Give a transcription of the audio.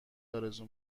آرزو